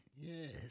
Yes